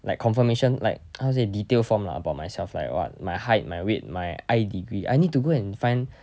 like confirmation like how to say detail form lah about myself like what my height my weight my eye degree I need to go and find